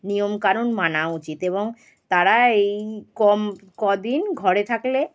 নিয়মকানুন মানা উচিত এবং তারা এই ক দিন ঘরে থাকলে